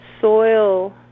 soil